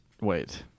Wait